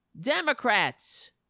Democrats